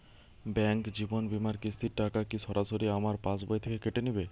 Bank জীবন বিমার কিস্তির টাকা কি সরাসরি আমার পাশ বই থেকে কেটে নিবে?